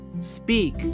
Speak